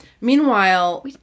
Meanwhile